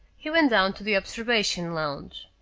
he went down to the observation lounge.